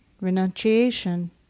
renunciation